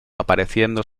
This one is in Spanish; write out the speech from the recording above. apareciendo